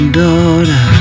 daughter